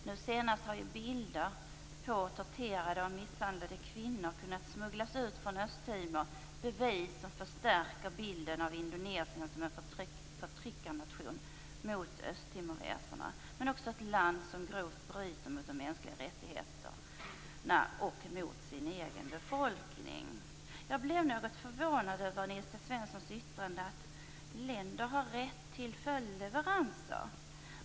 Nu senast har bilder på torterade och misshandlade kvinnor kunnat smugglas ut från Östtimor, bevis som förstärker bilden av Indonesien som en förtryckarnation mot östtimoreserna, men också ett land som grovt bryter mot mänskliga rättigheter även när det gäller den egna befolkningen. Jag blev något förvånad över Nils T Svenssons yttrande, att länder har rätt till följdleveranser.